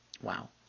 Wow